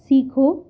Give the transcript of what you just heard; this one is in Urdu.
سیکھو